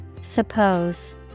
Suppose